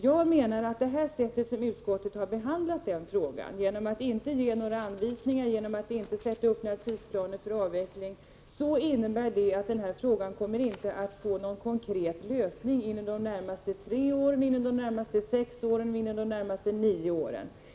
Jag menar att det sätt på vilket utskottet har behandlat den frågan — att inte ge några anvisningar, att inte sätta upp några tidsplaner för avveckling — innebär att frågan inte kommer att få någon konkret lösning inom de närmaste tre åren, de närmaste sex åren eller de närmaste nio åren.